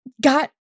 got